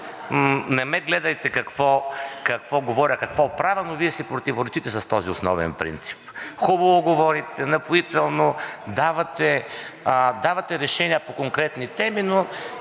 „Не ме гледайте какво говоря, а какво правя!“, но Вие си противоречите с този основен принцип. Хубаво говорите, напоително, давате решения по конкретни теми, но